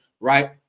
right